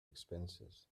expenses